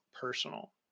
personal